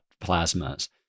plasmas